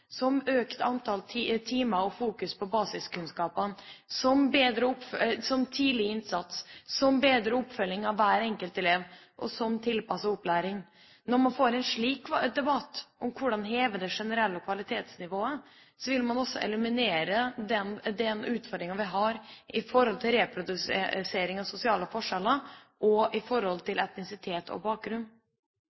som økt antall timer og fokus på basiskunnskapene, som tidlig innsats, som bedre oppfølging av hver enkelt elev og som tilpasset opplæring. Når man får en slik debatt om hvordan man kan heve det generelle kvalitetsnivået, vil man også eliminere den utfordringa vi har i forhold til reprodusering av sosiale forskjeller og i forhold til etnisitet og bakgrunn.